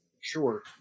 Sure